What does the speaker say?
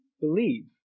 believe